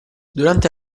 durante